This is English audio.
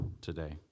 today